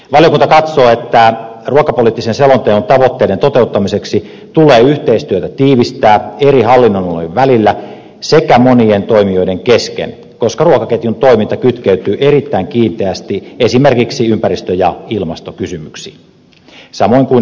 valiokunta katsoo että ruokapoliittisen selonteon tavoitteiden toteuttamiseksi tulee yhteistyötä tiivistää eri hallinnonalojen välillä sekä monien toimijoiden kesken koska ruokaketjun toiminta kytkeytyy erittäin kiinteästi esimerkiksi ympäristö ja ilmastokysymyksiin samoin kuin elinkeinokysymyksiin